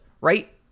right